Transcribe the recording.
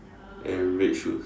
and red shoes